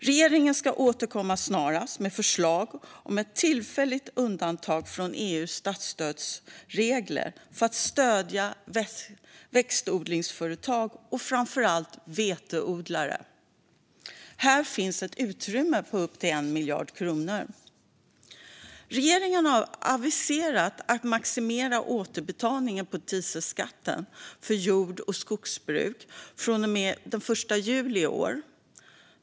Regeringen ska också återkomma snarast med förslag på ett tillfälligt undantag från EU:s statsstödsregler för att stödja växtodlingsföretag och framför allt veteodlare. Här finns ett utrymme på upp till 1 miljard kronor. Regeringen har aviserat att man ska maximera återbetalningen på dieselskatt för jord och skogsbruk från den 1 juli i år.